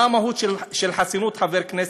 מה המהות של חסינות חבר כנסת?